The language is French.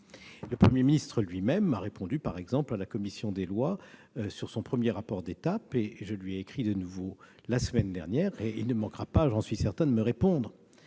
le Premier ministre a répondu à la commission des lois sur son premier rapport d'étape. Je lui ai de nouveau écrit la semaine dernière, et il ne manquera pas, j'en suis certain, de me répondre.